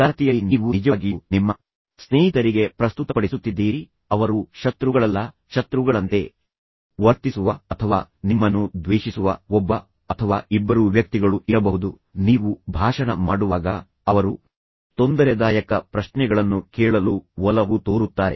ತರಗತಿಯಲ್ಲಿ ನೀವು ನಿಜವಾಗಿಯೂ ನಿಮ್ಮ ಸ್ನೇಹಿತರಿಗೆ ಪ್ರಸ್ತುತಪಡಿಸುತ್ತಿದ್ದೀರಿ ಅವರು ಶತ್ರುಗಳಲ್ಲ ಶತ್ರುಗಳಂತೆ ವರ್ತಿಸುವ ಅಥವಾ ನಿಮ್ಮನ್ನು ದ್ವೇಷಿಸುವ ಒಬ್ಬ ಅಥವಾ ಇಬ್ಬರು ವ್ಯಕ್ತಿಗಳು ಇರಬಹುದು ನೀವು ಭಾಷಣ ಮಾಡುವಾಗ ಅವರು ತೊಂದರೆದಾಯಕ ಪ್ರಶ್ನೆಗಳನ್ನು ಕೇಳಲು ಒಲವು ತೋರುತ್ತಾರೆ